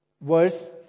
Verse